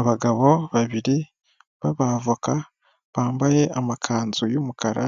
Abagabo babiri b'abavoka bambaye amakanzu y'umukara